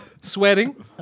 sweating